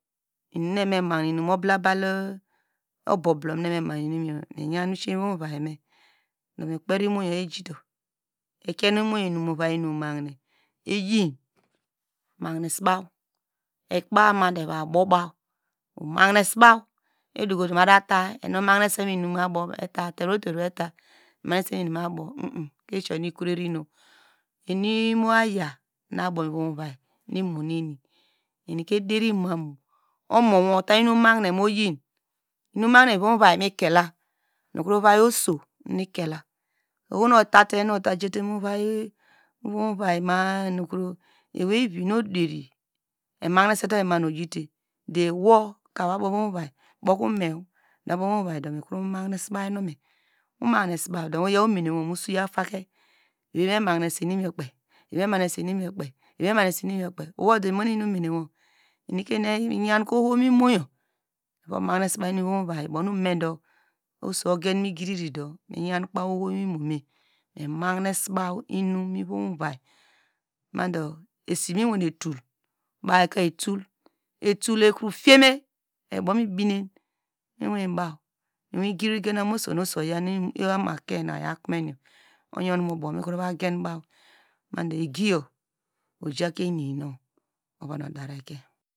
Inum nu eva mi mahine inum oblabal oboblom nu eva me mahine inum yor miya miseye mu ovai me, do me kperi imoyor ejito, ekie nu imoyor inum mu ovai inum mahine, eyl mahine so baw, ekoba ma mu eva bobaw mahine soba, edokoto ma vate emahinese mu inum abo, eni imoāyā, nu abom ivom ovai nu imoneni, omowo otan inum mahine oyin, inum mahinem ovu vai mikela, nu ovai oso ohonu otate nu otaja mu ivom uvai ma- a, emahine sete oyi ma oyite, do bome, mi abow mu ovai do mikro mahinese inume, umahinese baw do mu so yaw umenewo mu take ewome mahinese inumyorkoei eweime mahinese inumyorkpei wodu imono iyen omenewo enika eyonkobo mi moyo oso ogeme igiri do miyanke oyo mu imome, mi mahinese bao inum mu ovon vai, esi miwanete baw ekrotu, etiyeme, iyor inum nu mibinem me wibaw, oso oya ama kie nu oya kome oyomkome ubaw madu egiyor ojake oyi ova dereke